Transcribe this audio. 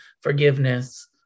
forgiveness